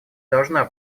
должна